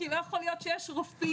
כי לא יכול להיות שיש רופאים